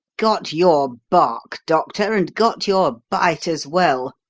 got your bark, doctor, and got your bite as well!